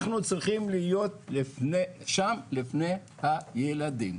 אנחנו צריכים להיות שם לפני הילדים.